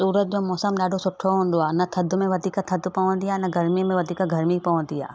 सूरत जो मौसम ॾाढो सुठो हूंदो आहे न थधि में वधीक थधि पवंदी आ न गर्मी में वधीक गर्मी पवंदी आहे